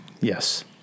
Yes